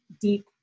deep